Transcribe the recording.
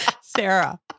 Sarah